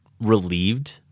relieved